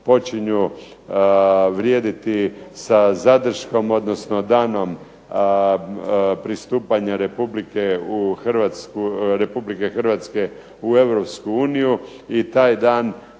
počinju vrijediti sa zadrškom, odnosno danom pristupanja RH u EU i taj dan